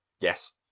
Yes